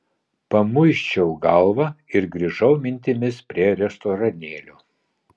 pamuisčiau galvą ir grįžau mintimis prie restoranėlio